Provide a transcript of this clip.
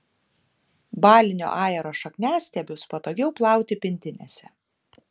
balinio ajero šakniastiebius patogiau plauti pintinėse